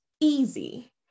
easy